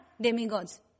demigods